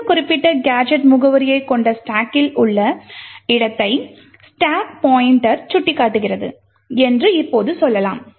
இந்த குறிப்பிட்ட கேஜெட் முகவரியைக் கொண்ட ஸ்டாக்கில் உள்ள இடத்தை ஸ்டாக் பாய்ண்ட்டர் சுட்டிக்காட்டுகிறது என்று இப்போது சொல்லலாம்